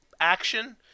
action